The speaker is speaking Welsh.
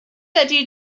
ydy